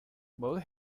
both